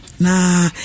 Nah